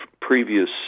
previous